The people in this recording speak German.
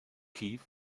kiew